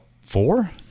Four